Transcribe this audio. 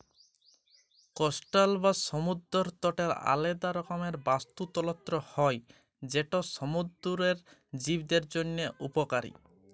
coastal বা সমুদ্দর তটের আলেদা রকমের বাস্তুতলত্র হ্যয় যেট সমুদ্দুরের জীবদের জ্যনহে উপকারী